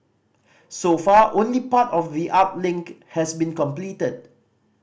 so far only part of the art link has been completed